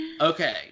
Okay